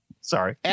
Sorry